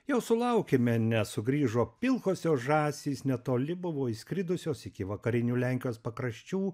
jau sulaukėme nes sugrįžo pilkosios žąsys netoli buvo išskridusios iki vakarinių lenkijos pakraščių